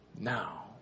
now